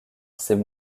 c’est